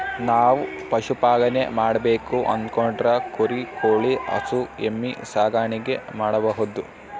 ನಾವ್ ಪಶುಪಾಲನೆ ಮಾಡ್ಬೇಕು ಅನ್ಕೊಂಡ್ರ ಕುರಿ ಕೋಳಿ ಹಸು ಎಮ್ಮಿ ಸಾಕಾಣಿಕೆ ಮಾಡಬಹುದ್